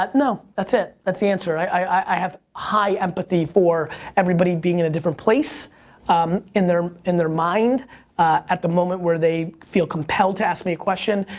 but no, that's it, that's the answer. i have high empathy for everybody being in a different place um in their in their mind at the moment where they feel compelled to ask me a question,